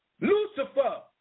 Lucifer